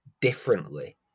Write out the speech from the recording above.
differently